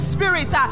Spirit